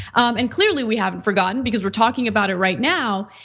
and clearly we haven't forgotten because we're talking about it right now.